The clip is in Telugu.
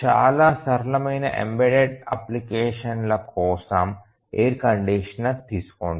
చాలా సరళమైన ఎంబెడెడ్ అప్లికేషన్ ల కోసం ఎయిర్ కండీషనర్ తీసుకోండి